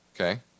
Okay